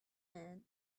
man